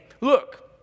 look